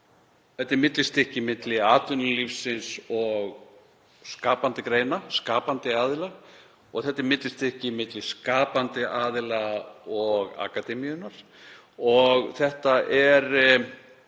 Þetta er millistykki milli atvinnulífsins og skapandi greina, skapandi aðila, og þetta er millistykki milli skapandi aðila og akademíunnar. Það er